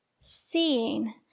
Seeing